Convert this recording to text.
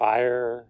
Fire